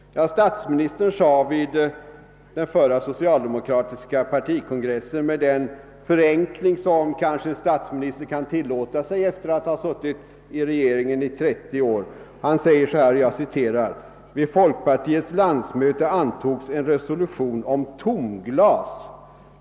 Statsministern sade vid den förra socialdemokratiska partikongressen, med den förenkling som han kanske kan tillåta sig efter att ha suttit i regeringen i trettio år: »Vid folkpartiets landsmöte antogs en resolution om tomglas.